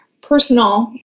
personal